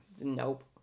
Nope